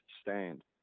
stand